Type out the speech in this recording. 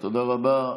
תודה רבה.